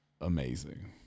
amazing